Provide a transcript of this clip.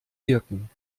wirken